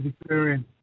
experience